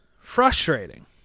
frustrating